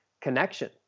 connection